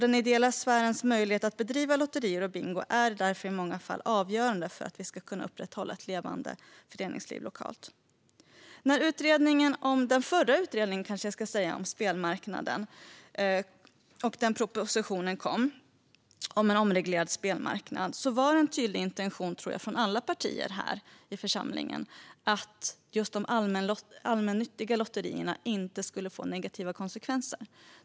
Den ideella sfärens möjlighet att bedriva lotterier och bingo är därför i många fall avgörande för att upprätthålla ett levande föreningsliv på lokal nivå. När den förra utredningen om spelmarknaden och propositionen om en omreglerad spelmarknad kom var en tydlig intention från alla partier här i församlingen, tror jag, att de allmännyttiga lotterierna inte skulle drabbas av negativa konsekvenser.